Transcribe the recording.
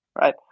right